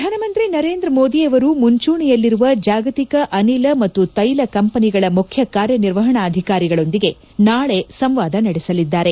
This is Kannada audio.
ಪ್ರಧಾನಮಂತ್ರಿ ನರೇಂದ್ರ ಮೋದಿ ಅವರು ಮುಂಚೂಣಿಯಲ್ಲಿರುವ ಜಾಗತಿಕ ಅನಿಲ ಮತ್ತು ತೈಲ ಕಂಪನಿಗಳ ಮುಖ್ಯ ಕಾರ್ಯ ನಿರ್ವಹಣಾಧಿಕಾರಿಗಳೊಂದಿಗೆ ನಾಳೆ ಸಂವಾದ ನಡೆಸಲಿದ್ದಾರೆ